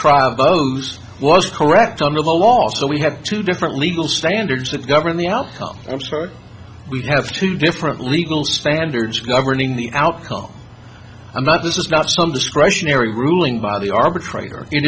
was correct under the law so we have two different legal standards that govern the outcome i'm sorry we have two different legal standards governing the outcome i'm not this is not some discretionary ruling by the arbitrator i